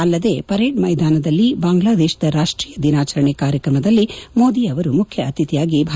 ಅಲ್ಲದೆ ಪರೇಡ್ ಮೈದಾನದಲ್ಲಿ ಬಾಂಗ್ಲಾದೇಶದ ರಾಷ್ಟೀಯ ದಿನಾಚರಣೆ ಕಾರ್ಯಕ್ರಮದಲ್ಲಿ ಮೋದಿ ಅವರು ಮುಖ್ಯ ಅತಿಥಿಯಾಗಿ ಭಾಗಿಯಾಗಿದ್ದಾರೆ